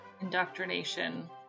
indoctrination